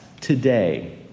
today